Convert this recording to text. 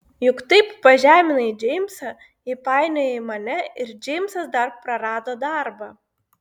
juk taip pažeminai džeimsą įpainiojai mane ir džeimsas dar prarado darbą